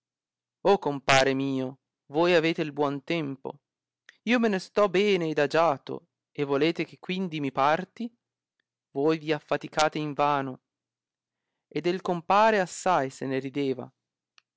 compare mio voi avete il buon tempo io me ne sto bene ed agiato e volete che quindi mi parti voi vi affaticate in vano e del compare assai se ne rideva